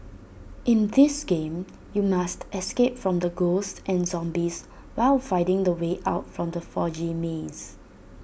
in this game you must escape from the ghosts and zombies while finding the way out from the foggy maze